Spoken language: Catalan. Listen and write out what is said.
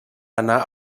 anar